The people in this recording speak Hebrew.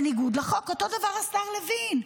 אותו דבר השר לוין.